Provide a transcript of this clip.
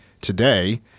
today